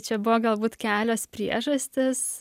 čia buvo galbūt kelios priežastys